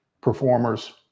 performers